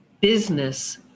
business